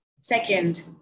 Second